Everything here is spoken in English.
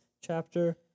chapter